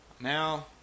Now